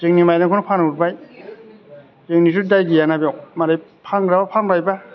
जोंनि माइरंखौनो फानहरबाय जोंनिथ' दाय गैयाना बेयाव मालाय फानग्राफ्रा फानबायबा